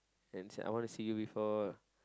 and say I want to see you before